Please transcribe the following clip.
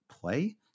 play